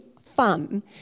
fun